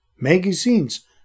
magazines